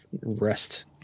rest